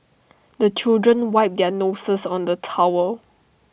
the children wipe their noses on the towel